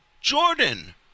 Jordan